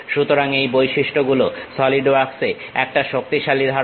সুতরাং এই বৈশিষ্ট্যগুলো সলিড ওয়ার্কসে একটা শক্তিশালী ধারণা